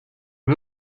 are